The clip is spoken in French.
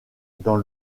dans